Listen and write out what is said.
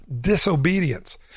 disobedience